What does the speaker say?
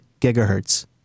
gigahertz